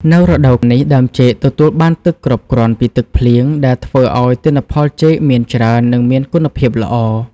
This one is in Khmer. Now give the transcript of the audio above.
នៅរដូវនេះ ដើមចេកទទួលបានទឹកគ្រប់គ្រាន់ពីទឹកភ្លៀង ដែលធ្វើឲ្យទិន្នផលចេកមានច្រើន និងមានគុណភាពល្អ។